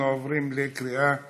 אנחנו עוברים לקריאה שלישית.